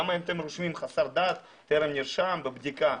למה אתם רושמים 'חסר דת', 'טרם נרשם', בבדיקה.